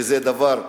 שזה דבר מכוער,